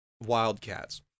Wildcats